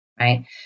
right